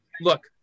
look